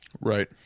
right